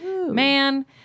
man